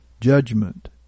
judgment